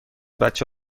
بچه